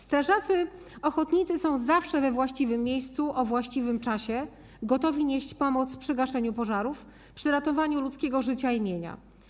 Strażacy ochotnicy są zawsze we właściwym miejscu i właściwym czasie, gotowi nieść pomoc przy gaszeniu pożarów, ratować ludzkie życie i mienie.